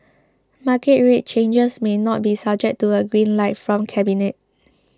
market rate changes may not be subject to a green light from cabinet